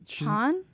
Han